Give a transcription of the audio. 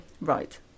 Right